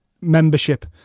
membership